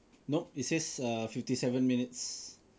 nope it says err fifty seven minutes